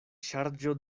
ŝarĝo